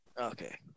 Okay